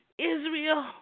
Israel